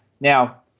Now